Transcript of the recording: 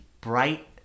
bright